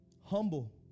humble